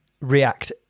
react